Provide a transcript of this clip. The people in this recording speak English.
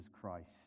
Christ